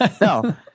No